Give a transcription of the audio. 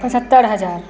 पचहत्तर हज़ार